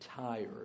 tired